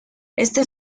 este